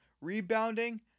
Rebounding